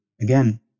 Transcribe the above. again